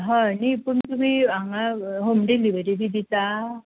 हय नी पूण तुमी हांगा हॉम डिलीवरी बी दिता